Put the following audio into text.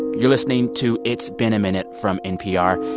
you're listening to it's been a minute from npr.